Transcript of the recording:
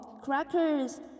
crackers